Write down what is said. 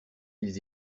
ils